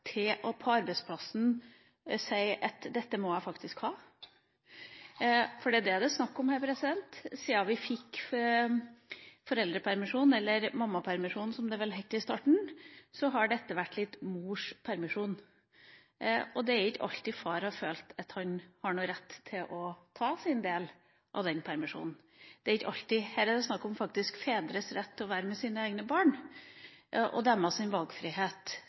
til å si på arbeidsplassen at dette må jeg faktisk ha. For det er det det er snakk om her. Siden vi fikk foreldrepermisjon – eller mammapermisjon som det vel het i starten – har dette vært litt mors permisjon. Og det er ikke alltid far har følt at han har noen rett til å ta sin del av den permisjonen. Her er det faktisk snakk om fedres rett til å være med sine egne barn og deres valgfrihet